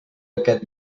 aquest